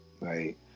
Right